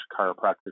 chiropractic